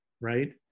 right